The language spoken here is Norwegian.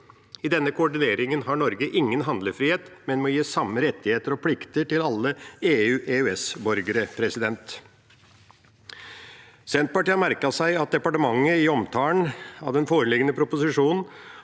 I denne koordineringen har Norge ingen handlefrihet, men må gi samme rettigheter og plikter til alle EU/EØS-borgere. Senterpartiet har merket seg at departementet i omtalen av den foreliggende proposisjonen